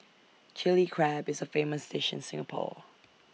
Chilli Crab is A famous dish in Singapore